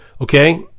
Okay